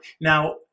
Now